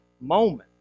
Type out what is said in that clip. moment